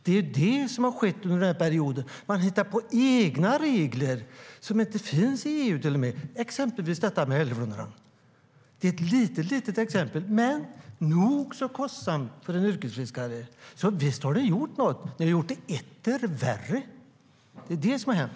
Det är det som har skett under den här perioden. Man hittar på egna regler, sådana som inte ens finns i EU, exempelvis detta med hälleflundrorna. Det är ett litet exempel men nog så kostsamt för en yrkesfiskare. Visst har det gjort något, det har gjort det etter värre. Det är det som har hänt.